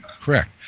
correct